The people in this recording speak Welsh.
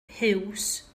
huws